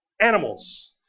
Animals